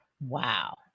Wow